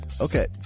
Okay